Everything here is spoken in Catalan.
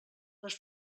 les